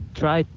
try